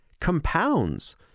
compounds